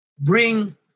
Bring